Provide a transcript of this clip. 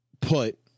put